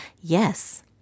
Yes